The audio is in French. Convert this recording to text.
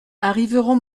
arriveront